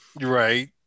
right